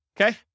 Okay